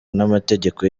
n’amategeko